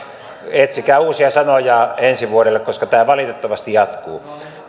etsikää uusia sanoja ensi vuodelle koska tämä valitettavasti jatkuu